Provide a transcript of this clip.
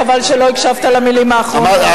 חבל שלא הקשבת למלים האחרונות.